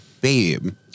babe